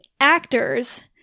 actors